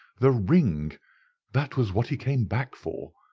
the ring that was what he came back for.